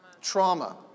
Trauma